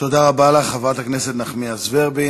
תודה רבה לך, חברת הכנסת נחמיאס ורבין.